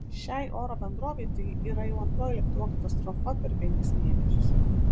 šiai oro bendrovei tai yra jau antroji lėktuvo katastrofa per penkis mėnesius